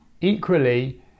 Equally